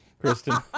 Kristen